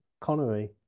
Connery